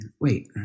wait